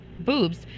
boobs